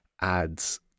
adds